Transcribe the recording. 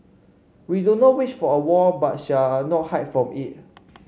we do not wish for a war but shall not hide from it